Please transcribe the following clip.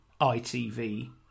ITV